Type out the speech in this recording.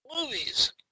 movies